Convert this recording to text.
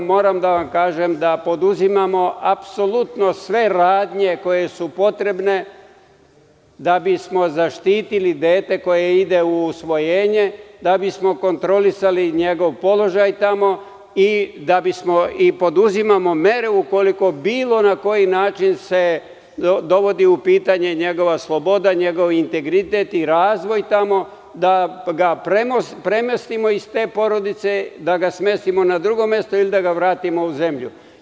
Moram da vam kažem da preduzimamo apsolutno sve radnje koje su potrebne da bismo zaštiti dete koje ide u usvojenje, da bismo kontrolisali njegov položaj tamo i poduzimamo mere, ukoliko se na bilo koji način dovodi u pitanje njegova sloboda, njegov integritet i razvoj tamo, da ga premestimo iz te porodice, da ga smestimo na drugo mesto ili da ga vratimo u zemlju.